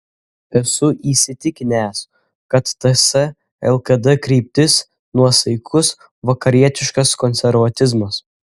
esu įsitikinęs kad ts lkd kryptis nuosaikus vakarietiškas konservatizmas